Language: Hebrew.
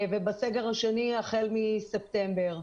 ובסגר השני החל מספטמבר.